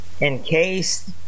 encased